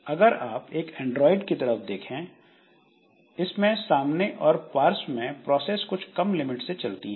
अगर आप अब एंड्राइड की तरफ देखें इसमें सामने और पार्श्व में प्रोसेस कुछ कम लिमिट से चलती हैं